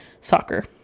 Soccer